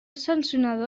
sancionador